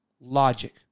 logic